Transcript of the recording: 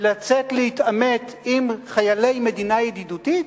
לצאת להתעמת עם חיילי מדינה ידידותית?